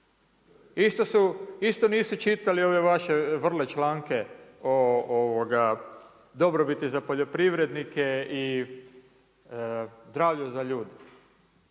Isto nisu čitali ove vaše vrle članke o dobrobiti za poljoprivrednike i zdravlju za ljude.